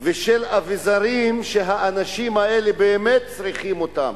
ושל אביזרים שהאנשים האלה באמת צריכים אותם,